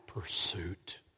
pursuit